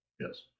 Yes